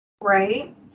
Right